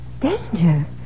Danger